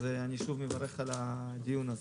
אז אני שוב מברך על הדיון הזה.